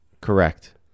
Correct